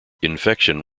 infection